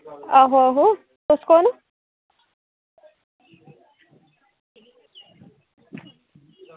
आहो आहो तुस कुन्न